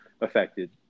affected